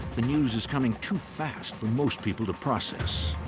the news is coming too fast for most people to process.